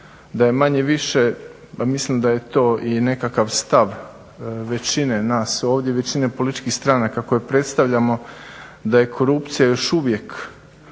da je manje-više pa mislim da je to i nekakav stav većine nas ovdje, većine političkih stranaka koje predstavljamo da je korupcija još uvijek